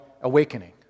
awakening